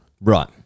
Right